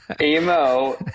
Emo